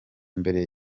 mbere